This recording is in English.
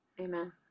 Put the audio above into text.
Amen